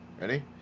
Ready